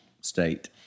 state